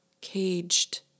caged